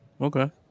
Okay